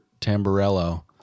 Tamburello